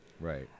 Right